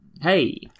Hey